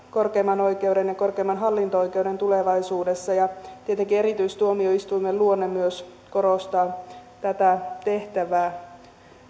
korkeimman oikeuden ja korkeimman hallinto oikeuden yhdistämissuunnitelmat tulevaisuudessa ja tietenkin erityistuomioistuimen luonne myös korostaa tätä tehtävää